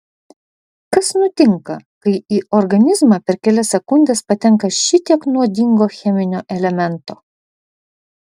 kas nutinka kai į organizmą per kelias sekundes patenka šitiek nuodingo cheminio elemento